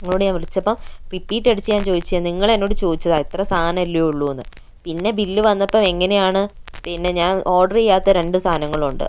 നിങ്ങളോട് ഞാൻ വിളിച്ചപ്പോൾ റിപ്പീറ്റ് അടിച്ചു ഞാൻ ചോദിച്ചതാ നിങ്ങൾ എന്നോട് ചോദിച്ചതാ ഇത്ര സാധനമല്ലേ ഉള്ളൂ എന്ന് പിന്നെ ബില്ല് വന്നപ്പോൾ എങ്ങനെയാണ് പിന്നെ ഞാൻ ഓർഡർ ചെയ്യാത്ത രണ്ട് സാധനങ്ങളുണ്ട്